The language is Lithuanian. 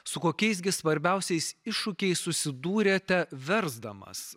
su kokiais gi svarbiausiais iššūkiais susidūrėte versdamas